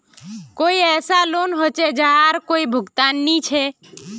कोई ऐसा लोन होचे जहार कोई भुगतान नी छे?